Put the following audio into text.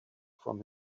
from